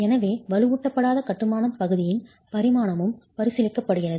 எனவே வலுவூட்டப்படாத கட்டுமானம் பகுதியின் பரிமாணமும் பரிசீலிக்கப்படுகிறது